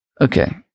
Okay